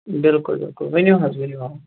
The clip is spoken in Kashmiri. بِلکُل بِلکُل ؤنِو حظ ؤنِو آ